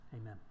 Amen